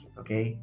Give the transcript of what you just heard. okay